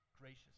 gracious